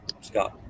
Scott